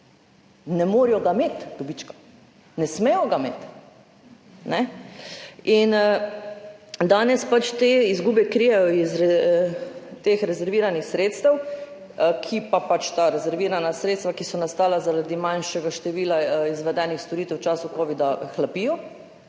Ne morejo ga imeti, dobička. Ne smejo ga imeti. Danes pač te izgube krijejo iz teh rezerviranih sredstev, ki pa, ta rezervirana sredstva, ki so nastala zaradi manjšega števila izvedenih storitev v času covida, hlapijo.